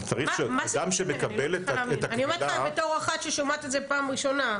אני אומרת לך את זה בתור אחת ששומעת את זה פעם ראשונה.